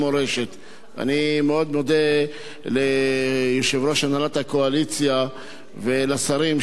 אני מאוד מודה ליושב-ראש הנהלת הקואליציה ולשרים שתמכו בחוק הזה,